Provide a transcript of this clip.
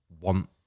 want